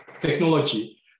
technology